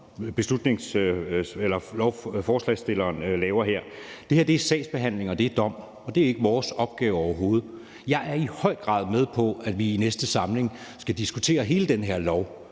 beslutningsforslag, som forslagsstillerne har lavet her; det her er sagsbehandling, og det er dom. Og det er ikke vores opgave overhovedet. Jeg er i høj grad med på, at vi i næste samling skal diskutere hele den her lov.